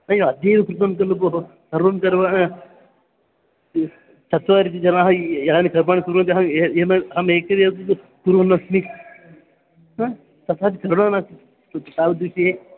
नैव अद्यैव कृतं खलु भोः सर्वं सर्वं हा ह्म् चत्वारिजनाः यानि सर्वाणि कुर्वन्ति अहम् अहमेकः एव कुर्वन्नस्मि हा तथा च श्रुण्वन्नस्मि तावद्विषये